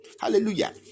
Hallelujah